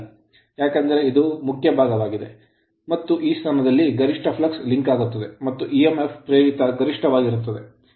ಏಕೆಂದರೆ ಇದು ಮುಖ್ಯ ಭಾಗವಾಗಿದೆ ಮತ್ತು ಈ ಸ್ಥಾನದಲ್ಲಿ ಗರಿಷ್ಠ flux ಫ್ಲಕ್ಸ್ ಲಿಂಕ್ ಆಗುತ್ತದೆ ಮತ್ತು EMF ಇಎಂಎಫ್ ಪ್ರೇರಿತ ಗರಿಷ್ಠವಾಗಿರುತ್ತದೆ